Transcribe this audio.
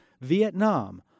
Vietnam